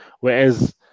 Whereas